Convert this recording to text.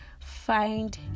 Find